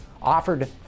offered